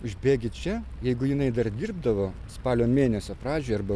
užbėgi čia jeigu jinai dar dirbdavo spalio mėnesio pradžioj arba